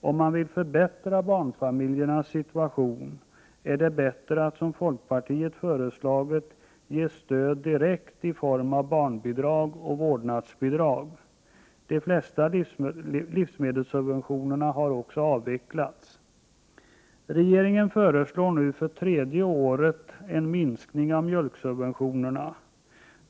Om man vill förbättra barnfamiljernas situation är det bättre att ge direkt stöd i form av barnbidrag och vårdnadsbidrag, vilket folkpartiet har föreslagit. De flesta livsmedelssubventioner har också avvecklats. Regeringen föreslår nu för tredje året en minskning av mjölksubventionerna.